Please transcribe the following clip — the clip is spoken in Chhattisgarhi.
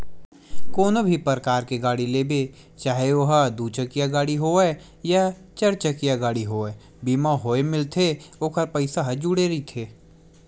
कोनो भी परकार के गाड़ी लेबे चाहे ओहा दू चकिया गाड़ी होवय या चरचकिया होवय बीमा होय मिलथे ओखर पइसा ह जुड़े रहिथे